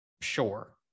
Sure